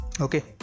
okay